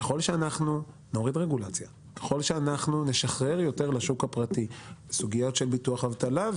ככל שאנחנו נוריד רגולציה ונשחרר לשוק הפרטי סוגיות של ביטוח אבטלה,